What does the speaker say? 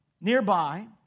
Nearby